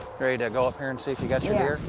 to go up here and see if you got your deer?